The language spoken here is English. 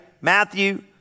Matthew